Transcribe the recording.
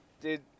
Dude